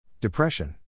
Depression